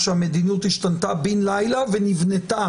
שהמדיניות השתנתה בין לילה ונבנתה